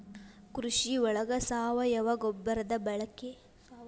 ಕೃಷಿ ಒಳಗ ಸಾವಯುವ ಗೊಬ್ಬರದ ಬಳಕೆ ಹೆಚಗಿ ಮಾಡು ಮೂಲಕ ಸುಸ್ಥಿರತೆ ಕಾಪಾಡುದು